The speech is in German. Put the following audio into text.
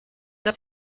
dass